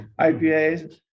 IPAs